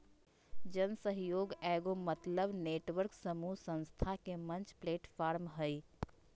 जन सहइोग एगो समतल नेटवर्क समूह संस्था के मंच प्लैटफ़ार्म हइ